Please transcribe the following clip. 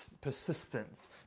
persistence